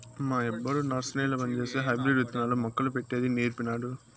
మా యబ్బొడు నర్సరీల పంజేసి హైబ్రిడ్ విత్తనాలు, మొక్కలు పెట్టేది నీర్పినాడు